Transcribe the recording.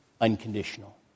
unconditional